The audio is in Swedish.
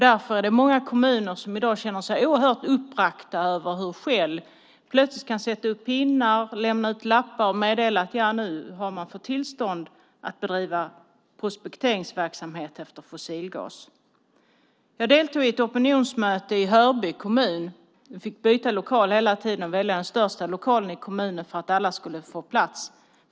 Därför är det många kommuner som i dag känner sig oerhört uppbragta över hur Shell plötsligt kan sätta upp pinnar, lämna ut lappar och meddela att nu har man fått tillstånd att bedriva prospekteringsverksamhet efter fossilgas. Jag deltog i ett opinionsmöte i Hörby kommun. Vi fick byta lokal hela tiden och välja den största lokalen i kommunen för att alla skulle få plats.